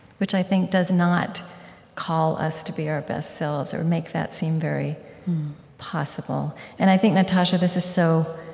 which i think does not call us to be our best selves or make that seem very possible and i think, natasha, this is so